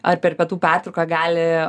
ar per pietų pertrauką gali